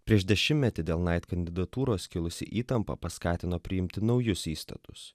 prieš dešimmetį dėl nait kandidatūros kilusi įtampa paskatino priimti naujus įstatus